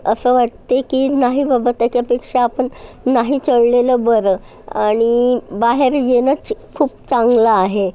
असं वाटते की नाही बाबा त्याच्यापेक्षा आपण नाही चढलेलं बरं आणि बाहेर येणंच खूप चांगलं आहे